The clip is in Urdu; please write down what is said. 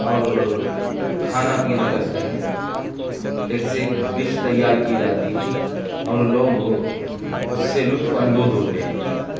اور کھانا پینا کرتے ہیں ایک سے ایک ڈش تیار کی جاتی ہے اور لوگ اس سے لطف اندوز ہوتے ہیں